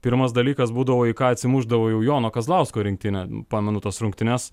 pirmas dalykas būdavo į ką atsimušdavo jau jono kazlausko rinktinė pamenu tas rungtynes